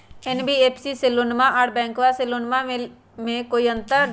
NBFC से लोनमा आर बैंकबा से लोनमा ले बे में कोइ अंतर?